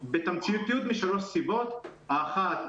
בתמציתיות משלוש סיבות: האחת,